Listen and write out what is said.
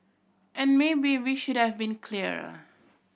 and maybe we should have been clearer